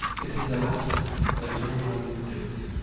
it is the latter that is always exhibited.